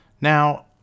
Now